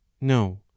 No